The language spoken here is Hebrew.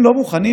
אותה,